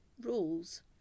rules